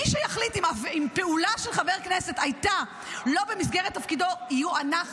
מי שיחליט אם פעולה של חבר כנסת הייתה לא במסגרת תפקידו יהיו אנחנו,